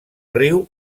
riu